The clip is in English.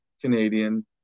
Canadian